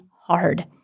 hard